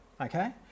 okay